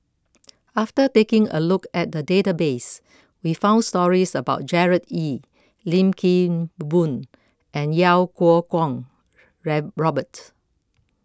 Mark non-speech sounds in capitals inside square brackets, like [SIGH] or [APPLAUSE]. after taking a look at the database we found stories about Gerard Ee Lim Kim Boon and Iau Kuo Kwong [UNINTELLIGIBLE] Robert